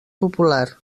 popular